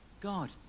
God